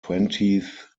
twentieth